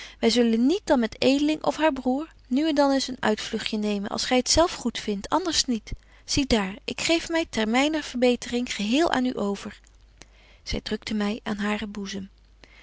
wy zullen niet dan met edeling of haar broêr nu en dan eens een uitvlugtje nemen als gy t zelf goed vindt anders niet zie daar ik geef my ter myner verbetering geheel aan u over zy drukte my aan haaren